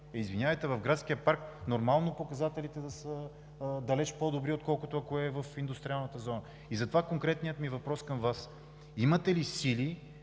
Извинявайте, но в градския парк е нормално показалите да са далеч по-добри, отколкото ако той е в индустриалната зона. И затова конкретният ми въпрос към Вас: имате ли сили